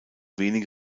wenige